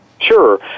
Sure